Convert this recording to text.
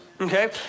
okay